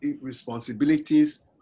responsibilities